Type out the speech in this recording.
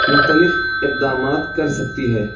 مختلف اقدامات کر سکتی ہے